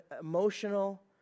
emotional